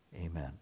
Amen